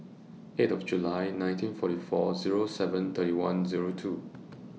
eight of July nineteen forty four Zero seven thirty one Zero two